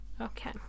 Okay